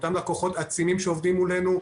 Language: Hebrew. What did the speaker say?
אותם לקוחות שעובדים מולנו,